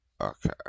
Okay